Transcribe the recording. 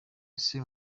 ese